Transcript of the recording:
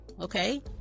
okay